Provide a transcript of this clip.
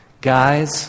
Guys